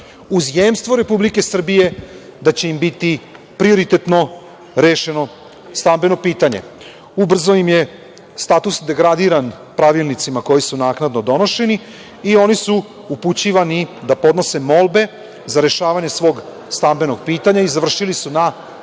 uz jemstvo Republike Srbije da će im biti prioritetno rešeno stambeno pitanje. Ubrzo im je status degradiran pravilnicima koji su naknadno donošeni i oni su upućivani da podnose molbe za rešavanje svog stambenog pitanja. Završili su na